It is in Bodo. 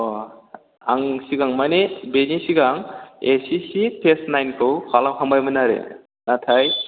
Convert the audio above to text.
अ आं सिगां माने बेनि सिगां एस एस सि फेस तेन खौ खालामखांबायमोन आरो नाथाय